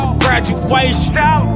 graduation